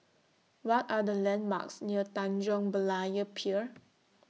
What Are The landmarks near Tanjong Berlayer Pier